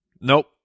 Nope